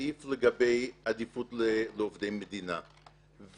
מהסעיף לגבי עדיפות לעובדי מדינה.